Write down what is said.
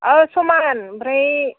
समान ओमफ्राय